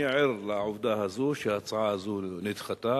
אני ער לעובדה שההצעה הזו נדחתה.